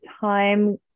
time